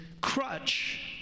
crutch